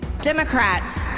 Democrats